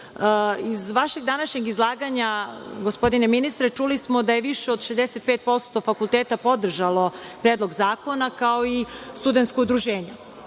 vašeg današnjeg izlaganja, gospodine ministre, čuli smo da je više od 65% fakulteta podržalo Predlog zakona, kao i Studentsko udruženje. Smatram